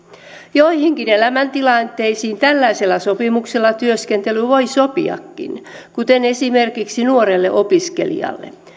joihinkin elämäntilanteisiin tällaisella sopimuksella työskentely voi sopiakin kuten esimerkiksi nuorelle opiskelijalle